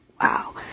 Wow